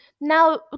Now